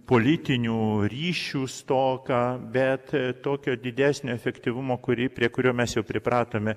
politinių ryšių stoką bet tokio didesnio efektyvumo kurį prie kurio mes jau pripratome